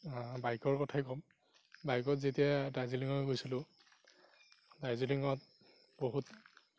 বাইকৰ কথাই কম বাইকত যেতিয়া দাৰ্জিলিঙলৈ গৈছিলোঁ দাৰ্জিলিঙত বহুত